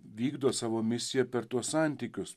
vykdo savo misiją per tuos santykius